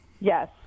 Yes